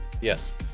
Yes